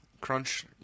crunch